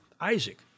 Isaac